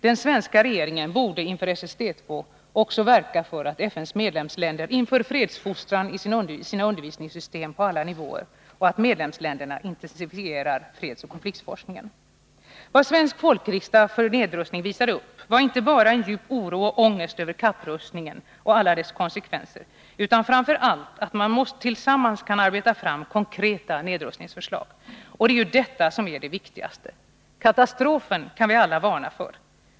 Den svenska regeringen borde inför SSDII också verka för att FN:s medlemsländer inför fredsfostran i sina undervisningssystem på alla nivåer och att medlemsländerna intensifierar fredsoch konfliktforskningen. Vad svensk folkriksdag för nedrustning visade upp var inte bara en djup oro och ångest över kapprustningen och alla dess konsekvenser utan framför allt att man tillsammans kan arbeta fram konkreta nedrustningsförslag. Och det är ju detta som är det viktigaste! Katastrofen kan vi alla varna för.